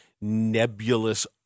nebulous